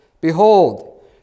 Behold